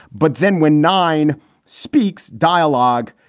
but then when nine speaks dialogue,